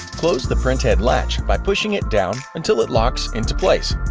close the printhead latch by pushing it down until it locks into place.